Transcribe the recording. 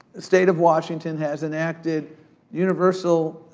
state of washington has enacted universal,